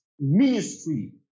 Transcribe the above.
ministry